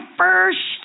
first